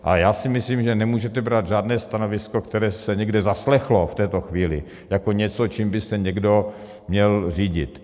A já si myslím, že nemůžete brát žádné stanovisko, které se někde zaslechlo v této chvíli, jako něco, čím by se někdo měl řídit.